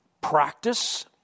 practice